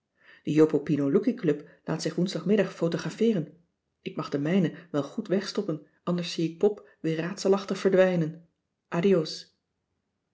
de jopopinoloukicoclub laat zich woensdagmiddag fotographeeren ik mag de mijne wel goed wegstoppen anders zie ik pop weer raadselachtig verdwijnen